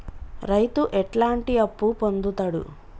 రైతు ఎట్లాంటి అప్పు పొందుతడు?